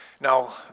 Now